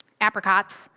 apricots